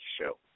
show